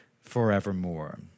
forevermore